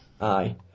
Aye